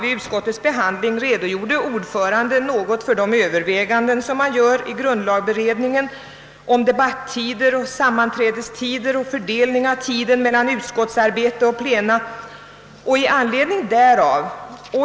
Vid utskottsbehandlingen redogjorde ordföranden något för de överväganden som göres i grundlagberedningen om debattider, sammanträdestider, fördelning av tiden mellan utskottsarbete och plena etc.